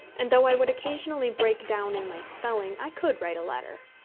and though i would occasionally break down in my spelling, i could write a letter.